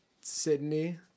sydney